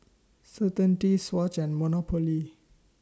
Certainty Swatch and Monopoly